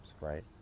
right